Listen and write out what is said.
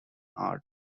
art